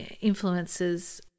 influences